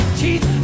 teeth